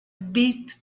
bit